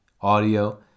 audio